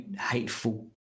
hateful